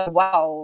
wow